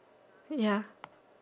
ya